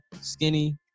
skinny